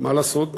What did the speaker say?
מה לעשות,